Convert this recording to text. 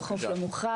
הוא נכנס